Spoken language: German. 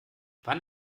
wann